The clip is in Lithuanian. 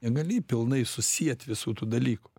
negali pilnai susiet visų tų dalykų